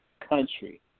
country